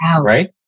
right